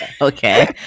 Okay